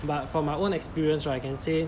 but from my own experience right I can say